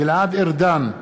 גלעד ארדן,